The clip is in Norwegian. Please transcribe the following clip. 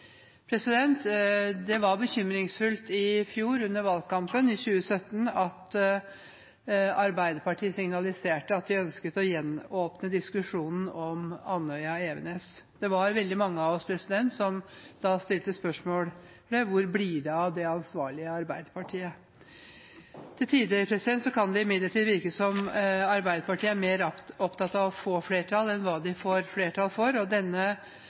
Det var bekymringsfullt i fjor, under valgkampen i 2017, at Arbeiderpartiet signaliserte at de ønsket å gjenåpne diskusjonen om Andøya og Evenes. Det var veldig mange av oss som da stilte spørsmålet: Hvor blir det av det ansvarlige Arbeiderpartiet? Til tider kan det imidlertid virke som om Arbeiderpartiet er mer opptatt av å få flertall enn hva de får flertall for. Denne